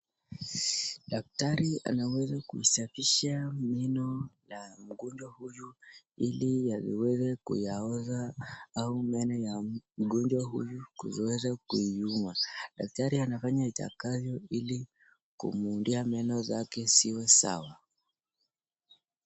Daktari anaweza kusafisha meno ya mgonjwa huyu ili aweze kuyaoza au meno ya mgonjwa huyu kuzoesha kuiuma. Daktari anafanya atakavyo ili kumuundia meno zake ziwe Sawa.